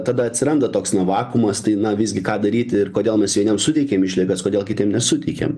tada atsiranda toks na vakuumas tai na visgi ką daryti ir kodėl mes vieniem suteikėm išlygas kodėl kitiem nesuteikėm